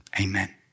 Amen